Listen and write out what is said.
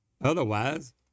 Otherwise